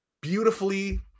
beautifully